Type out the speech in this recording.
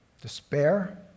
despair